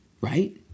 right